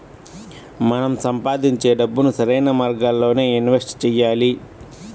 మనం సంపాదించే డబ్బుని సరైన మార్గాల్లోనే ఇన్వెస్ట్ చెయ్యాలి